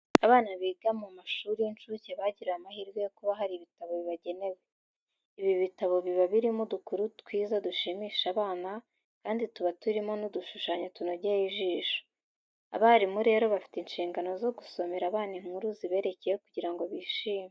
Abana biga mu mashuri y'incuke bagiriwe amahirwe yo kuba hari ibitabo bibagenewe. Ibi bitabo, biba birimo udukuru twiza dushimisha abana, kandi tuba turimo n'udushushanyo tunogeye ijisho. Abarimu rero, bafite inshingano zo gusomera abana inkuru ziberekeyeho kugira ngo bishime.